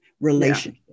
Relationship